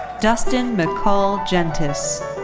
dustin mcall gentis.